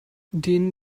den